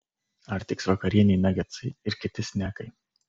ar tiks vakarienei nagetsai ir kiti snekai